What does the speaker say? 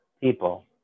people